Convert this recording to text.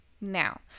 now